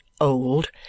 old